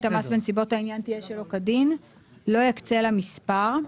המס בנסיבות העניין תהיה שלא כדין - לא יקצה לה מספר;